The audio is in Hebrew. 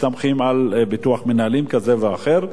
מסתמכים על ביטוח מנהלים כזה או אחר,